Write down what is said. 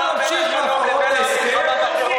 למה אתה רואה סתירה בין השלום לבין מלחמה בטרור?